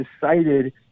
decided